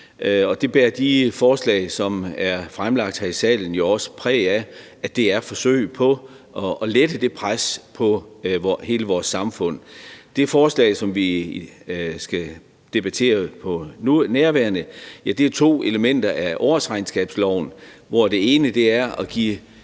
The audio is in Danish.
det bærer de forslag, som er fremsat her i salen, jo også præg af, altså at de er forsøg på at lette det pres på hele vores samfund. Det forslag, som vi skal debattere for nærværende, omfatter to elementer af årsregnskabsloven, hvor det ene er at give